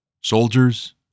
Soldiers